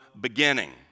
beginning